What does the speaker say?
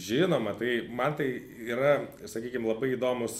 žinoma tai man tai yra sakykim labai įdomūs